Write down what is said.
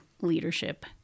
leadership